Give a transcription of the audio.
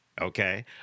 Okay